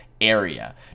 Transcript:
area